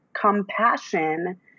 compassion